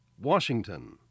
Washington